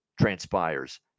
transpires